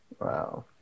wow